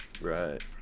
right